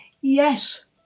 Yes